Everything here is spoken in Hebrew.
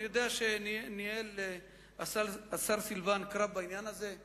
אני יודע שהשר סילבן ניהל קרב בעניין הזה.